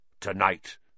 Tonight